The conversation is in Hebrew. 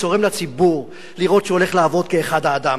צורם לציבור לראות שהוא הולך לעבוד כאחד האדם.